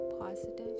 positive